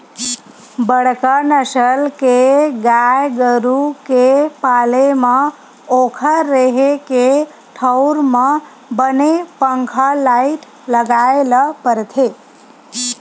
बड़का नसल के गाय गरू के पाले म ओखर रेहे के ठउर म बने पंखा, लाईट लगाए ल परथे